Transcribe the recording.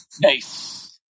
Nice